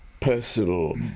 personal